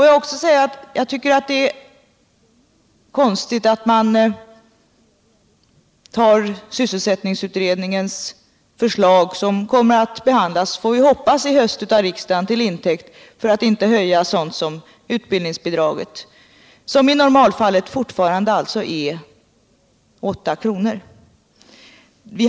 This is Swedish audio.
Jag tycker också det är konstigt att man tar sysselsättningsutredningens förslag som vi får hoppas kommer att behandlas av riksdagen till hösten — till intäkt för att inte höja utbildningsbidraget, som i normalfallet fortfarande är 8 kr.